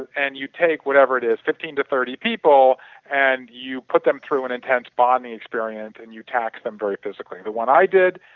and you take whatever it is fifteen to thirty people and you put them through an intense bonding experience and you tag them very physically. the one i did,